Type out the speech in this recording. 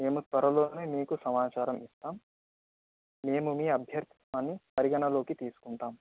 మేము త్వరలోనే మీకు సమాచారం ఇస్తాం మేము మీ అభ్యర్థనను పరిగణనలోకి తీసుకుంటాం